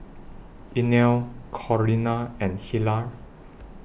Inell Corrina and Hilah